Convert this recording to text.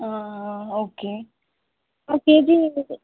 ఆ okay KG